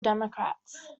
democrats